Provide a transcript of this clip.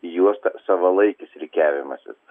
į juostą savalaikis rikiavimasis